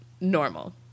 normal